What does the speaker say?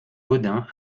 gaudin